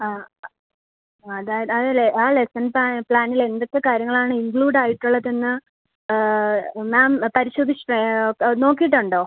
ആ അത് അതിൽ ആ ലെസ്സൺ പ്ലാനിലെന്തൊക്കെ കാര്യങ്ങളാണ് ഇൻക്ലൂഡായിട്ടുള്ളതെന്ന് മാം പരിശോധിച്ചിട്ട് നോക്കീട്ടുണ്ടോ